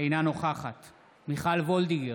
אינה נוכחת מיכל וולדיגר,